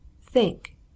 Think